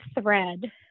thread